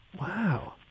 Wow